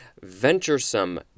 Venturesome